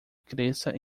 cresça